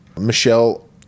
Michelle